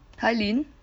hi Lyn